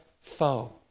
foe